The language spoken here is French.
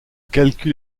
calcul